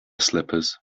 slippers